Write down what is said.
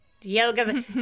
yoga